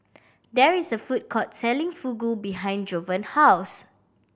there is a food court selling Fugu behind Jovan house